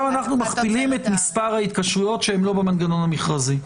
אנחנו מכפילים את מספר ההתקשרויות שהן לא במנגנון המכרזי,